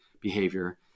behavior